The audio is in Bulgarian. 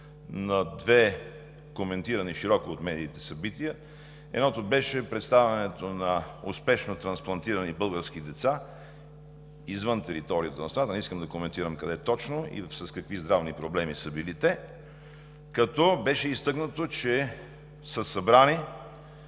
на две, коментирани широко от медиите, събития. Едното беше представянето на успешно трансплантирани български деца извън територията на страната – не искам да коментирам къде точно и с какви здравни проблеми са били те, като беше изтъкнато, че са събрани